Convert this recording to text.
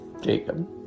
Jacob